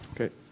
Okay